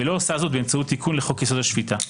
ולא עושה זאת באמצעות תיקון לחוק יסוד: השפיטה.